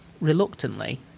reluctantly